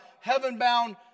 heaven-bound